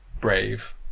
brave